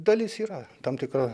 dalis yra tam tikra